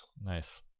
nice